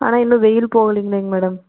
ஆனால் இன்னும் வெயில் போகலிங்களே மேடம்